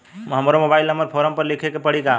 हमरो mobile number form पर लिखे के पड़ी का?